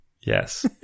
Yes